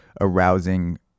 arousing